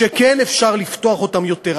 שכן אפשר לפתוח אותם יותר.